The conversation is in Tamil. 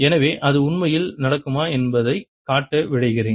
எனவே அது உண்மையில் நடக்குமா என்பதை காட்ட விழைகிறேன்